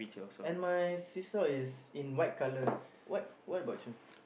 and my seesaw is in white colour what what about you